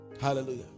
Hallelujah